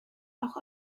auch